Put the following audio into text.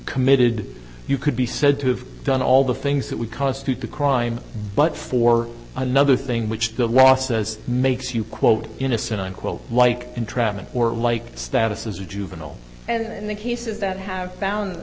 committed you could be said to have done all the things that would constitute a crime but for another thing which the law says makes you quote innocent unquote like entrapment or like status as a juvenile and in the cases that have found